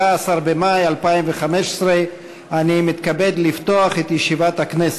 14 במאי 2015. אני מתכבד לפתוח את ישיבת הכנסת.